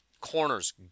Corners